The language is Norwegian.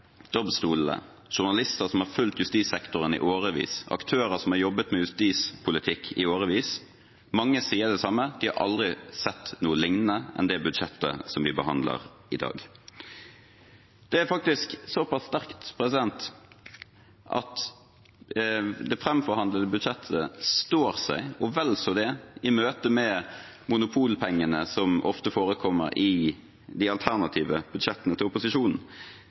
domstolene, journalister som har fulgt justissektoren i årevis, aktører som har jobbet med justispolitikk i årevis. Mange sier det samme – de har aldri sett noe lignende det budsjettet vi behandler i dag. Det er faktisk såpass sterkt at det framforhandlede budsjettet står seg og vel så det i møte med Monopol-pengene som ofte forekommer i de alternative budsjettene til opposisjonen.